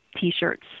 T-shirts